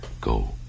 go